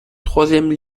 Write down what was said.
troisième